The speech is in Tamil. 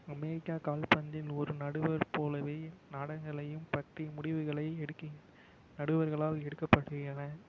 அமெரிக்கா கால்பந்தில் ஒரு நடுவர் போலவே நாடகங்களையும் பற்றி முடிவுகளை எடுக்க நடுவர்களால் எடுக்கப்படுகின்றன